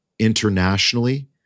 internationally